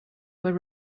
were